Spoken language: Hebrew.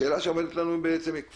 השאלה שעומדת בפנינו היא כפולה,